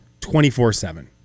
24-7